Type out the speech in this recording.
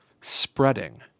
Spreading